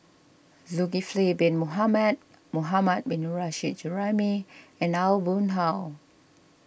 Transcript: Zulkifli Bin Mohamed Mohammad Nurrasyid Juraimi and Aw Boon Haw